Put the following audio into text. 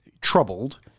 troubled